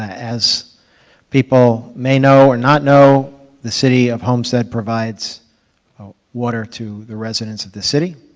as people may know, or not know, the city of homestead provides water to the residents of the city.